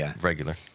regular